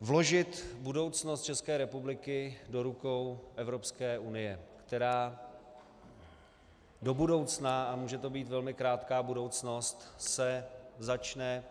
Vložit budoucnost České republiky do rukou Evropské unie, která do budoucna, a může to být velmi krátká budoucnost, se začne